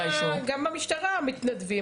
גם במשטרה יש מתנדבים,